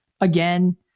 Again